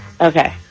Okay